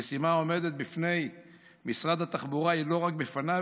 המשימה העומדת בפני משרד התחבורה היא לא רק בפניו